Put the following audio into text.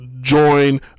join